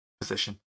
position